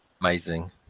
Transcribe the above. Amazing